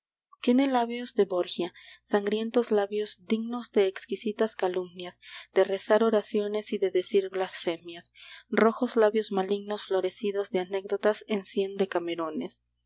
tiene labios de borgia sangrientos labios dignos de exquisitas calumnias de rezar oraciones y de decir blasfemias rojos labios malignos florecidos de anécdotas